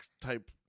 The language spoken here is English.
type